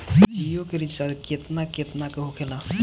जियो के रिचार्ज केतना केतना के होखे ला?